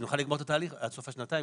שנוכל לגמור את התהליך עד סוף השנתיים.